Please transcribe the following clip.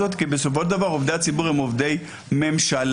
זה גם פליליזציה של חופש הביטוי וגם יש בה הרבה שימוש לרעה.